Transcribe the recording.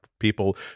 people